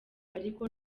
ariko